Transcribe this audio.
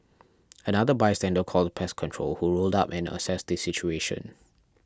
another bystander called pest control who rolled up and assessed the situation